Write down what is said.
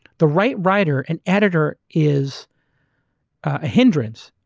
the right writer and editor is a hindrance.